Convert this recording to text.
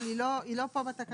אבל היא לא פה בתקנות.